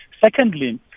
Secondly